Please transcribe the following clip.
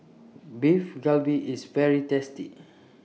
Beef Galbi IS very tasty